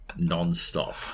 nonstop